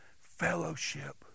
fellowship